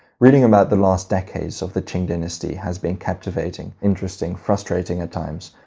reading about the last decades of the qing dynasty has been captivating, interesting, frustrating at times,